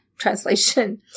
translation